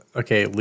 okay